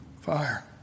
fire